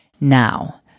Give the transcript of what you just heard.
Now